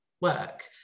work